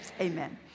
amen